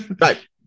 right